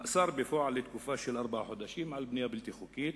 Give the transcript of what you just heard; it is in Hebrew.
מאסר בפועל לתקופה של ארבעה חודשים על בנייה בלתי חוקית,